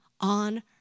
on